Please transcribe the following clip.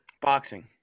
Boxing